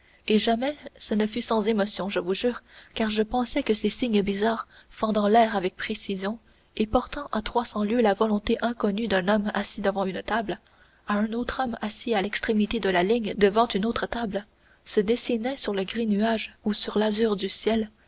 et jamais ce ne fut sans émotion je vous jure car je pensais que ces signes bizarres fendant l'air avec précision et portant à trois cents lieues la volonté inconnue d'un homme assis devant une table à un autre homme assis à l'extrémité de la ligne devant une autre table se dessinaient sur le gris du nuage ou sur l'azur du ciel